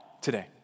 today